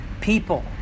people